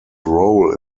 role